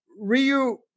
Ryu